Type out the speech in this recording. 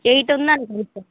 eight ఉందంటా sir